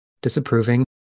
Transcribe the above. disapproving